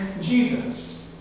Jesus